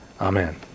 Amen